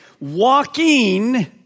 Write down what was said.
Walking